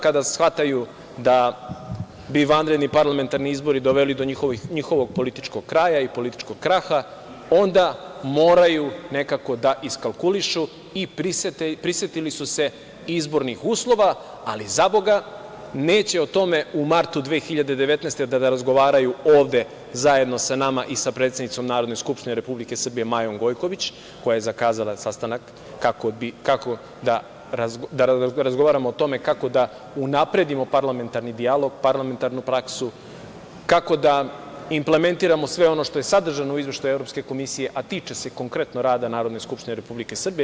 Kada shvataju da bi vanredni parlamentarni izbori doveli do njihovog političkog kraja i političkog kraha, onda moraju nekako da iskalkulišu i prisetili su se izbornih uslova, ali zaboga, neće o tome u martu 2019. godine da razgovaraju ovde zajedno sa nama i sa predsednicom Narodne skupštine Republike Srbije, Majom Gojković, koja je zakazala sastanak da razgovaramo o tome kako da unapredimo parlamentarni dijalog, parlamentarnu praksu, kako da implementiramo sve ono što je sadržano u izveštaju Evropske komisije, a tiče se konkretno rada Narodne skupštine Republike Srbije.